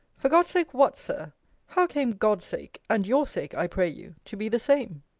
for god's sake, what, sir how came god's sake, and your sake, i pray you, to be the same?